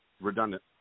redundant